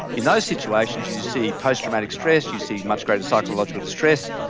in those situations you you see post-traumatic stress, you see much greater psychological distress,